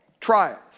trials